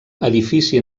edifici